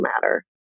matter